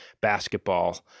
basketball